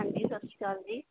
ਹਾਂਜੀ ਸਤਿ ਸ਼੍ਰੀ ਅਕਾਲ ਜੀ